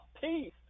peace